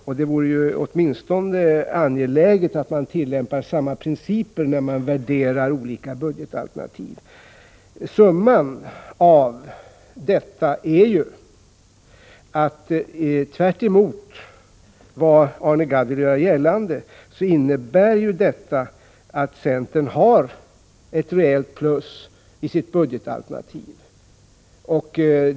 Det vore angeläget att man åtminstone tillämpade samma principer när man värderar olika budgetalternativ. Summan av detta är — tvärtemot vad Arne Gadd vill göra gällande — att centern har ett rejält plus i sitt budgetalternativ.